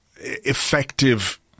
effective